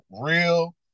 real